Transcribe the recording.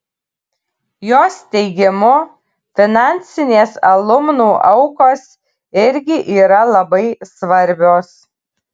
jos teigimu finansinės alumnų aukos irgi yra labai svarbios